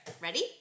Ready